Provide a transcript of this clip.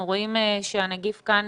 אנחנו רואים שהנגיף כאן